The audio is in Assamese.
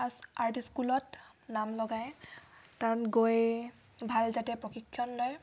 আৰ্ট স্কুলত নাম লগাই তাত গৈ ভাল যাতে প্ৰশিক্ষণ লয়